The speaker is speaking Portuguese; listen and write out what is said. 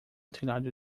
telhado